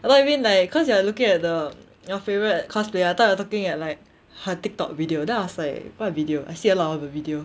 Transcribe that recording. !walao! you mean like cause you are looking at the your favourite cosplayer I thought you're looking at like her TikTok video then I was like what video I see a lot of her video